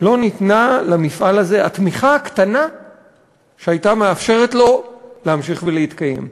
לא ניתנה למפעל הזה התמיכה הקטנה שהייתה מאפשרת לו להמשיך ולהתקיים.